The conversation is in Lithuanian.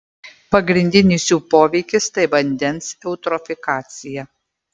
pagrindinis jų poveikis tai vandens eutrofikacija